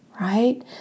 right